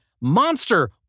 Monster